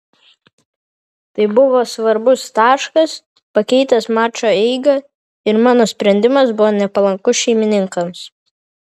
tai buvo svarbus taškas pakeitęs mačo eigą ir mano sprendimas buvo nepalankus šeimininkams